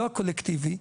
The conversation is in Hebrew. לא הקולקטיבי,